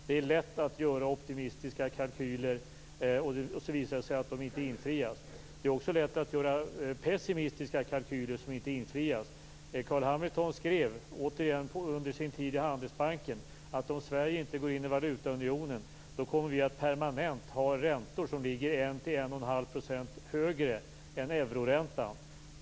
Det är lätt att göra optimistiska kalkyler, och så visar det sig att de inte infrias. Det är också lätt att göra pessimistiska kalkyler som inte infrias. Carl B Hamilton skrev, återigen under sin tid i Handelsbanken, att om Sverige inte går in i valutaunionen kommer vi att permanent ha räntor som ligger 1-11⁄2 % högre än euroräntan.